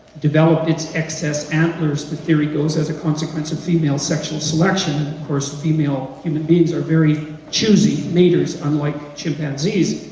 developed its excess antlers, the theory goes as a consequence of female sexual selection of course, female human beings are very choosy maters unlike chimpanzees,